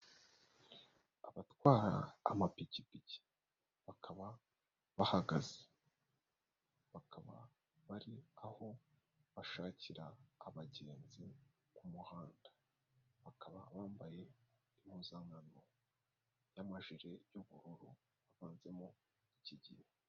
Abatwara amapikipiki bakaba bahagaze. Bakaba bari aho bashakira abagenzi ku muhanda. Bakaba bambaye impuzankano y'amajire y'ubururu avanzemo ikigina.